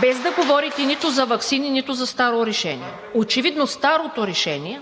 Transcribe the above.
без да говорите нито за ваксини, нито за старо решение. Очевидно старото